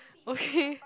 okay